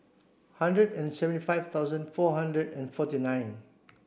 hundred and seventy five thousand four hundred and forty nine